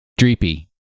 Dreepy